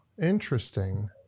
Interesting